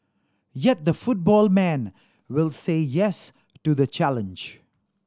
yet the football man will say yes to the challenge